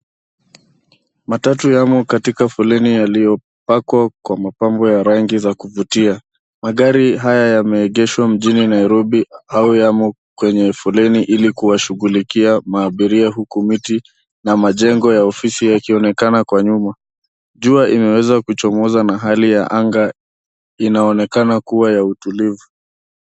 Matatu yamo katika foleni yaliyopakwa kwa mapambo ya rangi za kuvutia. Magari haya yameegeshwa mjini Nairobi au yamo kwenye foleni ili kuwashughulikia maabiria huku miti na majengo ya ofisi yakionekana kwa nyuma .Jua imeweza kuchomoza na hali ya angaa inaonekana kuwa ya utulivu.